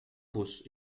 pus